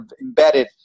embedded